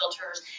filters